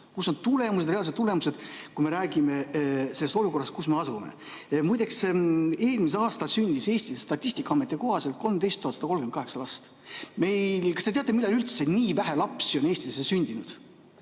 Kus on tulemused, reaalsed tulemused, kui me räägime sellest olukorrast, kus me oleme? Muideks, eelmisel aastal sündis Eestis Statistikaameti andmete kohaselt 13 138 last. Kas te teate, millal üldse nii vähe lapsi on Eestis sündinud? Me